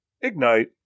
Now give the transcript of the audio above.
Ignite